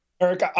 Eric